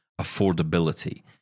affordability